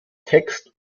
text